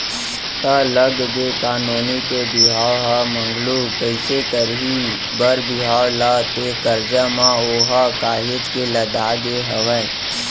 त लग गे का नोनी के बिहाव ह मगलू कइसे करही बर बिहाव ला ते करजा म ओहा काहेच के लदागे हवय